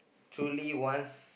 truly wants